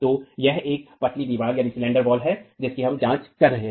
तो यह एक पतली दीवार है जिसकी हम जांच कर रहे हैं